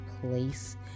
place